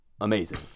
amazing